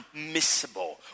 unmissable